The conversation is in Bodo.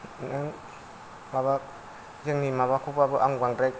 नो माबा जोंनि माबाखौबाबो आं बांद्राय